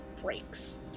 breaks